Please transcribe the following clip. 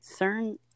CERN